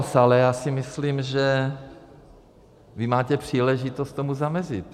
Ale já si myslím, že máte příležitost tomu zamezit.